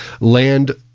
land-